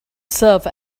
serve